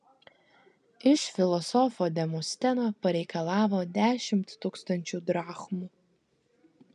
iš filosofo demosteno pareikalavo dešimt tūkstančių drachmų